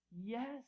Yes